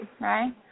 Right